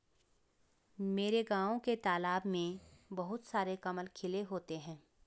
मेरे गांव के तालाब में बहुत सारे कमल खिले होते हैं